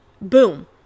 boom